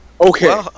Okay